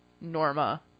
Norma